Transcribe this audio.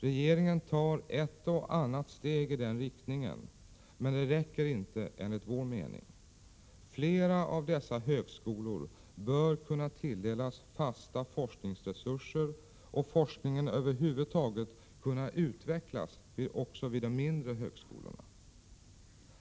Regeringen tar ett och annat steg i den riktningen, men det räcker inte enligt vår mening. Flera av dessa högskolor bör kunna tilldelas fasta forskningsresurser, och forskningen bör över huvud taget kunna utvecklas vid de mindre högskolorna.